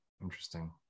Interesting